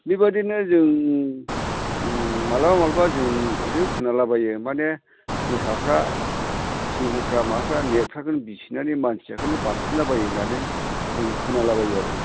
बेबायदिनो जों माब्लाबा माब्लाबा जों बिदिनो खोनालाबायो माने मोसाफ्रा सिंह'फ्रा माबाफोरा नेटफोरखौनो बिसिनानै मानसिखौनो बारसिनलाबायो होन्नानै जों खोनाला बायो आरो